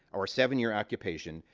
our seven year occupation,